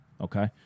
Okay